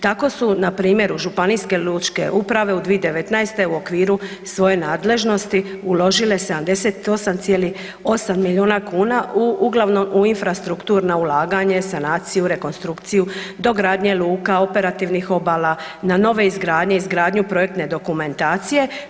Tako su npr. u županijske lučke uprave u 2019.u okviru svoje nadležnosti uložile 78,8 milijuna kuna uglavnom u infrastruktura ulaganja, sanaciju, rekonstrukciju, dogradnje luka, operativnih obala, na nove izgradnje, izgradnju projektne dokumentaciji.